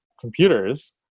computers